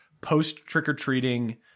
post-trick-or-treating –